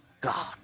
God